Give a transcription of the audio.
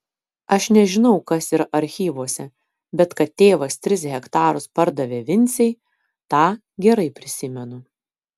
aš nežinau kas yra archyvuose bet kad tėvas tris hektarus pardavė vincei tą gerai prisimenu